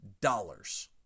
dollars